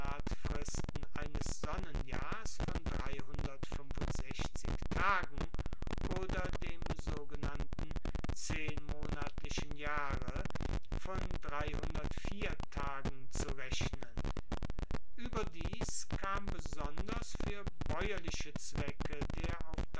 eines sonnenjahrs von tagen oder dem sogenannten zehnmonatlichen jahre von tagen zu rechnen ueberdies kam besonders fuer baeuerliche zwecke der